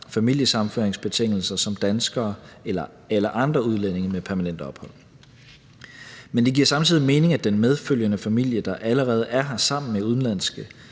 familiesammenføringsbetingelser som danskere eller andre udlændinge med permanent ophold. Men det giver samtidig mening, at den medfølgende familie, der allerede er her sammen med den udenlandske